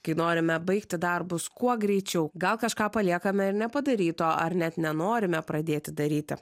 kai norime baigti darbus kuo greičiau gal kažką paliekame ir nepadaryto ar net nenorime pradėti daryti